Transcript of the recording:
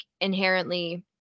inherently